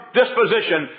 disposition